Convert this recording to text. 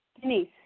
Denise